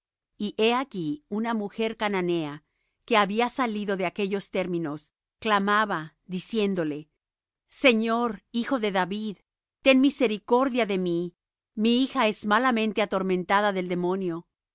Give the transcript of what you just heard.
y he aquí una mujer cananea que había salido de aquellos términos clamaba diciéndole señor hijo de david ten misericordia de mí mi hija es malamente atormentada del demonio